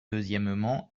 deuxièmement